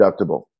deductible